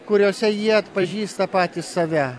kuriose jie atpažįsta patys save